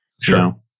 Sure